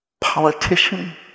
politician